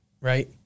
right